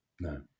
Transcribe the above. No